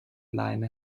leine